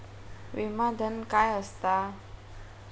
विमा धन काय असता?